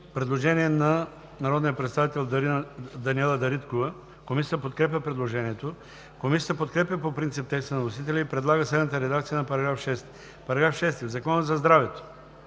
предложение от народния представител Даниела Дариткова. Комисията подкрепя предложението. Комисията подкрепя по принцип текста на вносителя и предлага следната редакция на § 6: „§ 6. В Закона за здравето